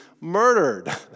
murdered